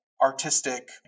artistic